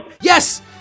Yes